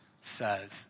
says